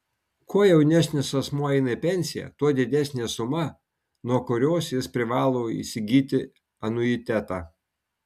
kuo jaunesnis asmuo eina į pensiją tuo didesnė suma nuo kurios jis privalo įsigyti anuitetą